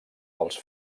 dels